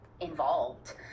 involved